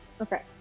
Okay